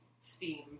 steam